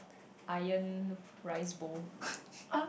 iron rice bowl